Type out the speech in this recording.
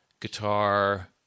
guitar